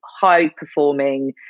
high-performing